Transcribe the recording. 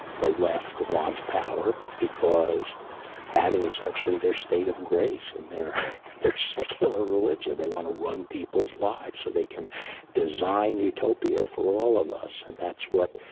the left wants power because that is essentially their state of grace in their their secular religion. they wanna run people's lives, so they can design utopia for all of us, and that's what,